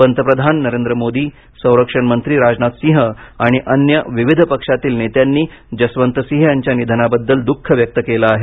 पंतप्रधान नरेंद्र मोदी संरक्षण मंत्री राजनाथसिंह आणि अन्य विविध पक्षातील नेत्यांनी जसवंतसिंह यांच्या निधनाबद्दल दुःख व्यक्त केलं आहे